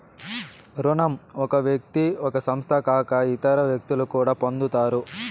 రుణం ఒక వ్యక్తి ఒక సంస్థ కాక ఇతర వ్యక్తులు కూడా పొందుతారు